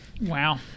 Wow